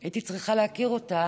הייתי צריכה להכיר אותה